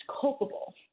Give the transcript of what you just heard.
culpable